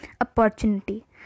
opportunity